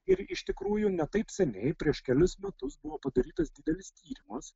ir iš tikrųjų ne taip seniai prieš kelis metus buvo padarytas didelis tyrimas